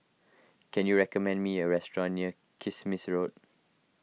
can you recommend me a restaurant near Kismis Road